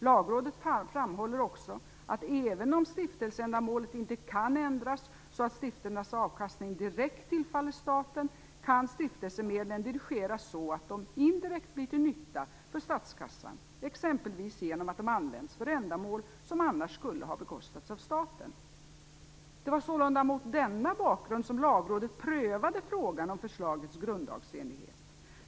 Lagrådet framhåller också att även om stiftelseändamålet inte kan ändras så att stiftelsernas avkastning direkt tillfaller staten kan stiftelsemedlen dirigeras så att de indirekt blir till nytta för statskassan, exempelvis genom att de används för ändamål som annars skulle ha bekostats av staten. Det var sålunda mot denna bakgrund som Lagrådet prövade frågan om förslagets grundlagsenlighet.